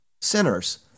sinners